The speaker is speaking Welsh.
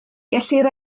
gellir